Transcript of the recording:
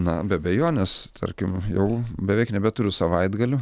na be abejonės tarkim jau beveik nebeturiu savaitgalių